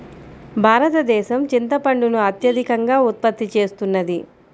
భారతదేశం చింతపండును అత్యధికంగా ఉత్పత్తి చేస్తున్నది